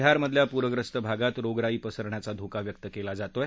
बिहारमधल्या पूरग्रस्त भागांत रोगराई पसरण्याचा धोका व्यक्त केला आज आहे